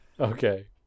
Okay